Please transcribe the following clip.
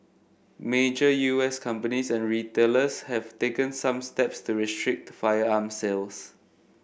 major U S companies and retailers have taken some steps to restrict firearm sales